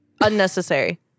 Unnecessary